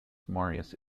marius